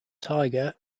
tiger